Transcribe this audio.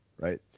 right